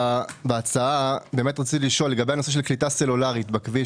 רציתי לשאול לגבי הנושא של קליטה סלולרית בכביש.